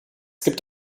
gibt